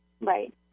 Right